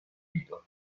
nido